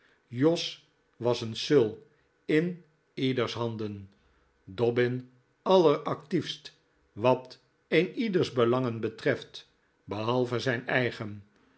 jos was een sul in ieders handen dobbin alleractiefst wat een ieders belangen betreft behalve zijn eigen